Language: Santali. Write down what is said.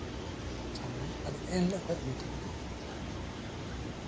ᱯᱳᱪᱷᱟᱣ ᱱᱟᱧ ᱟᱫᱚ ᱮᱱ ᱦᱤᱞᱳᱜ ᱠᱷᱚᱱᱜᱮ ᱩᱱᱤ ᱴᱷᱮᱱ ᱥᱮᱨᱮᱧ